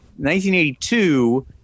1982